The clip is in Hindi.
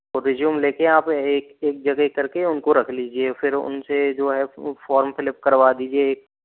वह रिज्यूम लेकर आप एक एक जगह करके उनको रख लीजिए फिर उनसे जो है फॉर्म फिलिप करवा दीजिए